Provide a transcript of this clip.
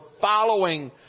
following